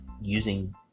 using